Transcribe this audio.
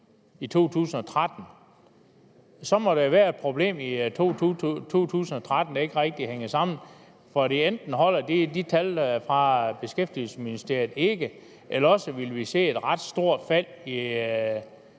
i 2013, må der jo være et problem i 2013, der ikke rigtig hænger sammen med det andet. For enten holder de tal fra Beskæftigelsesministeriet ikke, eller også vil vi se et ret stort fald i